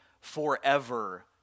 forever